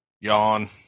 Yawn